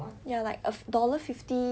ya like a dollar fifty